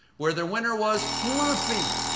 where the winner was murfee,